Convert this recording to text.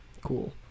Cool